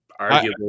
arguably